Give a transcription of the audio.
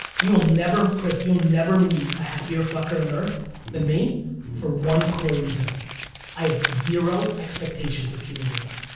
you will never, chris you'll never meet a happier fucker on earth than me for one core reason i have zero expectations of human beings.